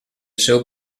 seu